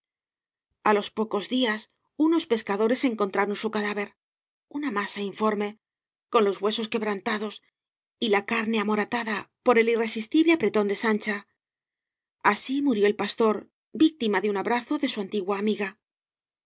a los pocos días unos pescadores encontraron su cadáver una masa informe con los huesos quebrantados y la carne amoratada por el irresistible apretón de sancha así murió el pastor víctima de un abrazo de su antigua amiga en